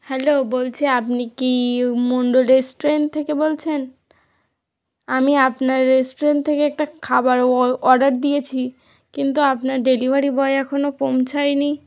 hello বলছি আপনি কি মণ্ডল রেস্টুরেন্ট থেকে বলছেন আমি আপনার রেস্টুরেন্ট থেকে একটা খাবার অর্ডার দিয়েছি কিন্তু আপনার ডেলিভারি বয় এখনও পৌঁছায় নি